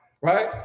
Right